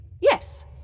Yes